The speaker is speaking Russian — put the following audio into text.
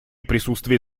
присутствие